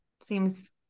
Seems